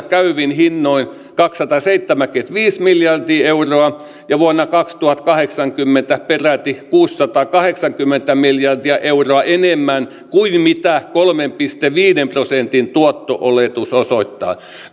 käyvin hinnoin kaksisataaseitsemänkymmentäviisi miljardia euroa ja vuonna kaksituhattakahdeksankymmentä peräti kuusisataakahdeksankymmentä miljardia euroa enemmän kuin mitä kolmen pilkku viiden prosentin tuotto oletus osoittaa